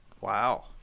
Wow